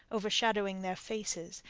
overshadowing their faces,